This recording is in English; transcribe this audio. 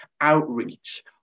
outreach